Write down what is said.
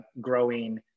growing